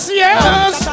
yes